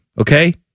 Okay